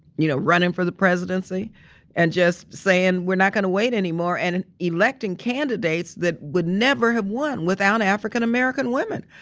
you know running for the presidency and just saying, we're not going to wait anymore. and electing candidates that would never have won without african american women.